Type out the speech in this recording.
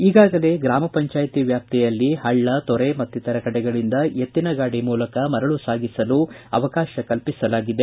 ಈಗಾಗಲೇ ಗ್ರಾಮ ಪಂಚಾಯಿತಿ ವ್ಯಾಪ್ತಿಯಲ್ಲಿ ಪಳ್ಳ ತೊರೆ ಮತ್ತಿತರ ಕಡೆಗಳಿಂದ ಎತ್ತಿನ ಗಾಡಿ ಮೂಲಕ ಮರಳು ಸಾಗಿಸಲು ಅವಕಾಶ ಕಲ್ಪಿಸಲಾಗಿದೆ